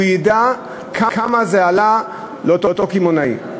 הוא ידע כמה זה עלה לאותו קמעונאי.